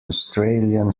australian